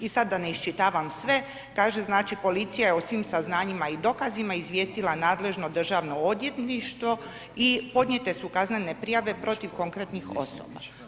I sada da ne iščitavam sve, kažem, znači policija o svim saznanjima i dokazima izvijestila nadležno državno odvjetništvo i podnijete su kaznene prijave protiv konkretnih osoba.